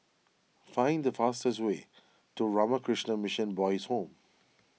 find the fastest way to Ramakrishna Mission Boys' Home